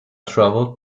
travelled